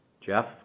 Jeff